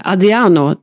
Adriano